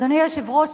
אדוני היושב-ראש,